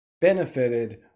benefited